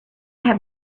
have